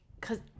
cause